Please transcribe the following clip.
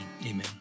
Amen